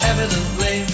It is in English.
Evidently